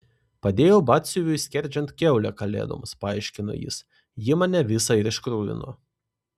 padėjau batsiuviui skerdžiant kiaulę kalėdoms paaiškino jis ji mane visą ir iškruvino